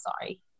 sorry